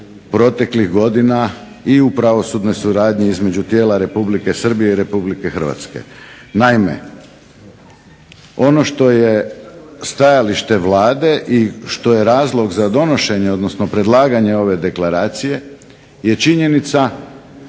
proteklih godina i u pravosudnoj suradnji između tijela Republike Srbije i Republike Hrvatske. Naime, ono što je stajalište Vlade i što je razlog za donošenje, odnosno predlaganje ove deklaracije je činjenica